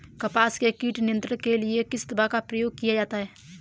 कपास में कीट नियंत्रण के लिए किस दवा का प्रयोग किया जाता है?